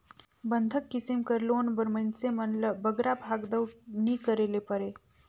बंधक किसिम कर लोन बर मइनसे मन ल बगरा भागदउड़ नी करे ले परे